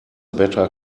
better